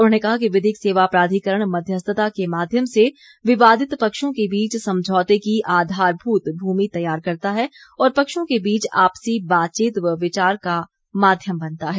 उन्होंने कहा कि विधिक सेवा प्राधिकरण मध्यस्थता के माध्यम से विवादित पक्षों के बीच समझौते की आधारभूत भूमि तैयार करता है और पक्षों के बीच आपसी बातचीत व विचार का माध्यम बनता है